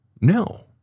No